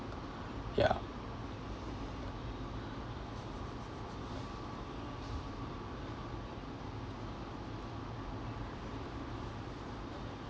yeah